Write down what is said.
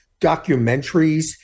documentaries